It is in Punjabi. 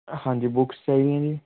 ਹਾਂਜੀ ਬੁੱਕਸ ਚਾਹੀਦੀਆਂ ਜੀ